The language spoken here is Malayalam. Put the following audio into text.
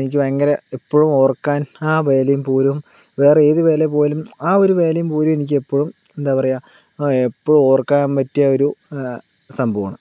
എനിക്ക് ഭയങ്കര ഇപ്പോഴും ഓർക്കാൻ ആ വേലേം പൂരോം വേറെ ഏത് വേല പോയാലും ആ ഒരു വേലേം പൂരോം എനിക്കെപ്പോഴും എന്താ പറയുക എപ്പോഴും ഓർക്കാൻ പറ്റിയ ഒരു സംഭവാണ്